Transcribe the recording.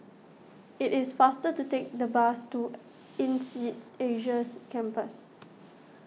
it is faster to take the bus to Insead Asia's Campus